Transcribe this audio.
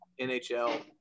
NHL